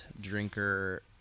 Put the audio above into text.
drinker